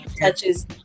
touches